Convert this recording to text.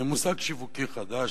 מושג שיווקי חדש,